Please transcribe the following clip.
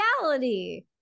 reality